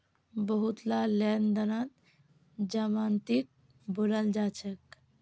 बहुतला लेन देनत जमानतीक बुलाल जा छेक